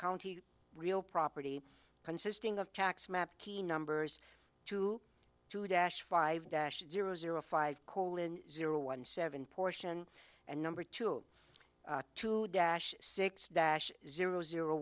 county real property consisting of tax map key numbers two to dash five dash zero zero five colin zero one seven portion and number two to dash six dash zero zero